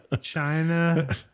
China